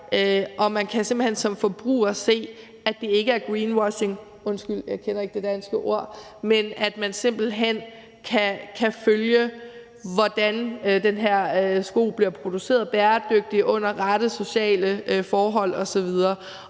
Man kan simpelt hen som forbruger se, at det ikke er greenwashing – undskyld, jeg kender ikke det danske ord – men at man simpelt hen kan følge, hvordan den her sko bliver produceret bæredygtigt under de rette sociale forhold osv.